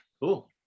Cool